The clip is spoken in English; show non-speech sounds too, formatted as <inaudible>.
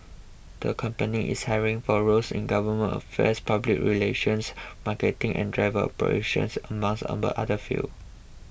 the company is hiring for roles in government affairs public relations marketing and driver operations among <unintelligible> other fields